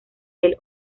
del